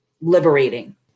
liberating